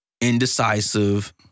indecisive